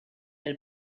elle